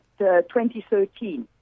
2013